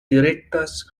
direktas